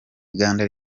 uganda